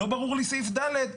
לא ברור לי סעיף ד'.